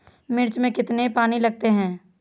मिर्च में कितने पानी लगते हैं?